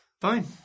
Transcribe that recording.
Fine